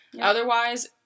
Otherwise